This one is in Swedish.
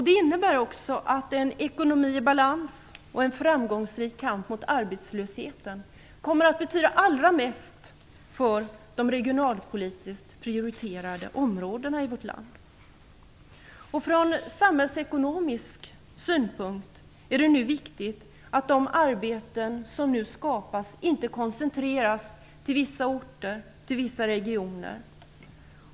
Det innebär också att en ekonomi i balans och en framgångsrik kamp mot arbetslösheten kommer att betyda allra mest för de regionalpolitiskt prioriterade områdena i vårt land. Från samhällsekonomisk synpunkt är det viktigt att de arbeten som nu skapas inte koncentreras till vissa orter och till vissa regioner.